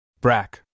Brack